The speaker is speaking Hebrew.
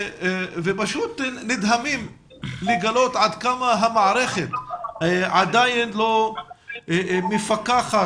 ונדהמים לגלות עד כמה המערכת עדיין לא מפקחת.